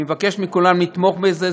אני מבקש מכולם לתמוך בזה.